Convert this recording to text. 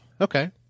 okay